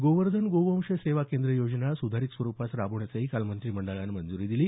गोवर्धन गोवंश सेवा केंद्र योजना सुधारीत स्वरुपात राबवण्यासही काल मंत्रिमंडळानं मंजुरी दिली